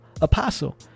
apostle